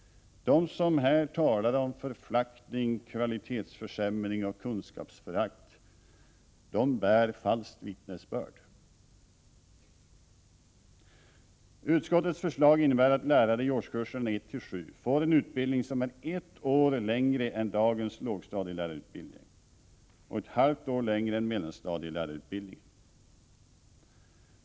De som här talar om förflackning, kvalitetsförsämring och kunskapsförakt, de bär falskt vittnesbörd. : Utskottets förslag innebär att lärare i årskurserna 1-7 får en utbildning som är ett år längre än dagens lågstadielärarutbildning och ett halvt år längre än mellanstadielärarutbildningen.